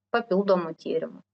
papildomų tyrimų